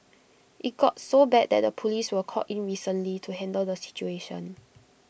IT got so bad that the Police were called in recently to handle the situation